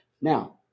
Now